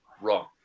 wrong